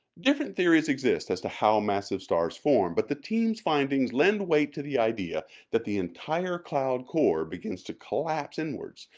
different theories exist as to how massive stars form but the team's findings lend weight to the idea that the entire cloud core begins to collapse inwards,